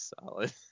Solid